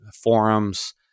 forums